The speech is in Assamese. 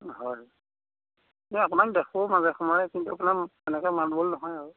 হয় মই আপোনাক দেখোঁ মাজে সময়ে কিন্তু আপোনাৰ তেনেকৈ মাত বোল নহয় আৰু